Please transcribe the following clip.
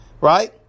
right